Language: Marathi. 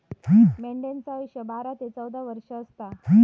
मेंढ्यांचा आयुष्य बारा ते चौदा वर्ष असता